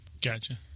Gotcha